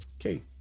okay